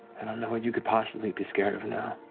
i don't know what you could possibly be scared of now.